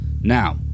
now